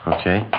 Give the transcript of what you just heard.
Okay